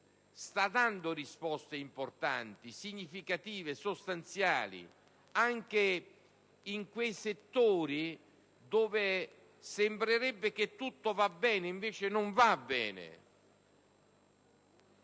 sta dando risposte importanti, significative e sostanziali, anche in quei settori dove sembrerebbe che tutto va bene, mentre non è così.